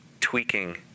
tweaking